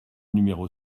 numéro